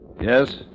Yes